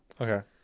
okay